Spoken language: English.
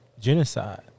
genocide